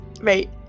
Right